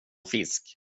fisk